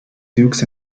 dukes